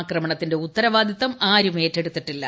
ആക്രമണത്തിന്റെ ഉത്തരവാദിത്തം ആരും ഏറ്റെടുത്തിട്ടില്ല